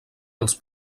els